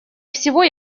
всего